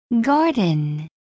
Garden